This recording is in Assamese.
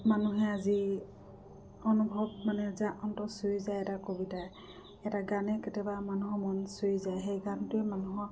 মানুহে আজি অনুভৱ মানে যাৰ অন্ত চুই যায় এটা কবিতাই এটা গানে কেতিয়াবা মানুহৰ মন চুই যায় সেই গানটোৱে মানুহৰ